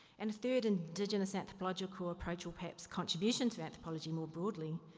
and a third indigenous anthropological approach or perhaps contribution to anthropology more broadly.